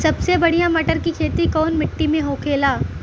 सबसे बढ़ियां मटर की खेती कवन मिट्टी में होखेला?